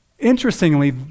Interestingly